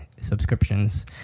subscriptions